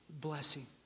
blessing